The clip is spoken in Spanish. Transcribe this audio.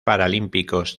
paralímpicos